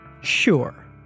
Sure